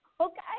Okay